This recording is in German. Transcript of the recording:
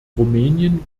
rumänien